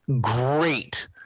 great